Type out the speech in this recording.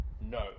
no